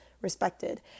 respected